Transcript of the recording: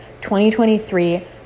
2023